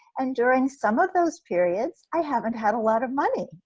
and during some of those periods, i haven't had a lot of money.